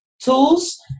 tools